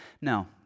Now